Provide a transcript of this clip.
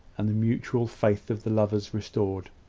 and the mutual faith of the lovers restored.